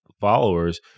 followers